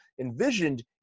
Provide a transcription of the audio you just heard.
envisioned